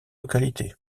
localité